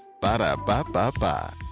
Ba-da-ba-ba-ba